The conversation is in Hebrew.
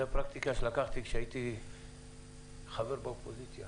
כשהייתי חבר באופוזיציה